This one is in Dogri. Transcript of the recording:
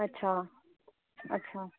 अच्छा अच्छा